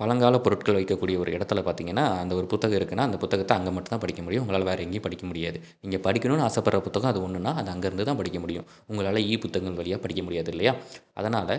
பழங்கால பொருட்கள் வைக்கக்கூடிய ஒரு இடத்துல பார்த்தீங்கன்னா அந்த ஒரு புத்தகம் இருக்குதுன்னா அந்த புத்தகத்தை அங்கே மட்டும்தான் படிக்க முடியும் உங்களால் வேறு எங்கேயும் படிக்க முடியாது நீங்கள் படிக்கணும்ன்னு ஆசைப்பட்ற புத்தகம் அது ஒன்றுனா அது அங்கேருந்துதான் படிக்க முடியும் உங்களால் இ புத்தகம் வழியா படிக்க முடியாது இல்லையா அதனால்